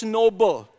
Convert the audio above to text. noble